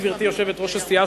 גברתי יושבת-ראש הסיעה,